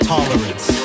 Tolerance